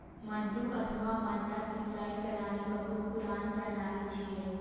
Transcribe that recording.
मड्डू अथवा मड्डा सिंचाइ प्रणाली बहुत पुरान प्रणाली छियै